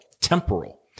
temporal